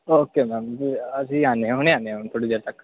okay ma'am ਅਸੀਂ ਆਉਂਦੇ ਹਾਂ ਹੁਣੇ ਆਨੇ ਹਾਂ ਮੈਮ ਥੋੜ੍ਹੀ ਦੇਰ ਤੱਕ